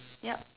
yup